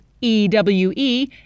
E-W-E